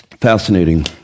Fascinating